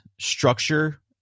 structure